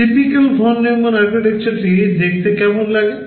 রূপক von Neumann আর্কিটেকচারটি দেখতে কেমন লাগে